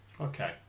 Okay